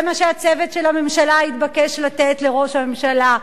זה מה שהצוות של הממשלה התבקש לתת לראש הממשלה,